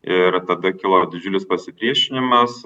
ir tada kilo didžiulis pasipriešinimas